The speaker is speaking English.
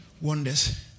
wonders